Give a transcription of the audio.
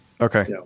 Okay